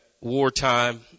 wartime